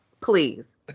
please